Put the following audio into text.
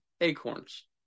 acorns